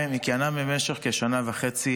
היא כיהנה במשך כשנה וחצי.